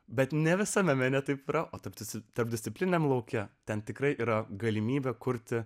bet ne visame mene taip yra o tapti tarpdisciplininiam lauke ten tikrai yra galimybė kurti